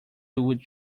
would